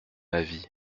avis